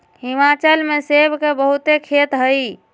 हिमाचल में सेब के बहुते खेत हई